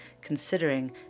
considering